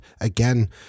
again